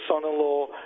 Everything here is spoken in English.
son-in-law